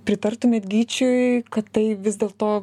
pritartumėt gyčiui kad tai vis dėl to